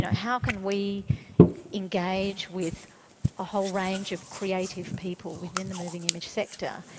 how can we engage with a whole range of creative people within the moving image sector,